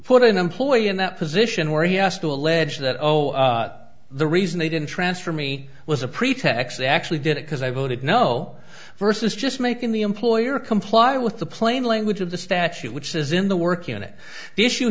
put an employee in that position where he has to allege that oh the reason they didn't transfer me was a pretext they actually did it because i voted no versus just making the employer comply with the plain language of the statute which says in the work in it the issue